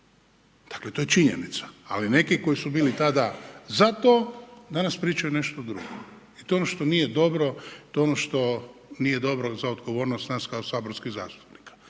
dakle to je činjenica ali neki koji su bili tada za to, danas pričaju nešto drugo i to je ono što nije dobro i to je ono što nije dobro za odgovornost nas kao saborskih zastupnika.